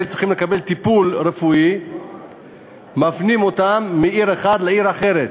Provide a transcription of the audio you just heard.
צריכים לקבל טיפול רפואי מפנים אותם מעיר אחת לעיר אחרת,